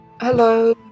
Hello